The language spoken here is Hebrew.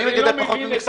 אני מגדל פחות ממכסתי.